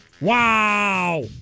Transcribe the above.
Wow